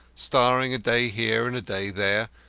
starring a day here and a day there,